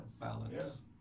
balance